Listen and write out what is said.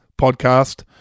podcast